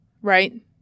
Right